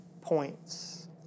points